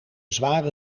zware